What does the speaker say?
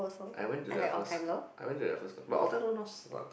I went to their first I went to their first but after no